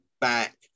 back